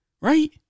Right